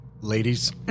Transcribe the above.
ladies